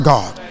God